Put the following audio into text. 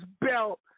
belt